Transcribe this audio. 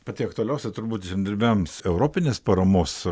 pati aktualiausia turbūt žemdirbiams europinės paramos